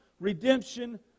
redemption